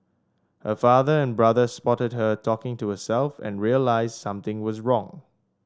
her father and brother spotted her talking to herself and realised something was wrong